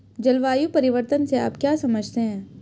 जलवायु परिवर्तन से आप क्या समझते हैं?